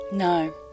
No